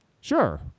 Sure